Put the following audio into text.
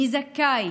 מי זכאי